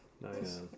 Nice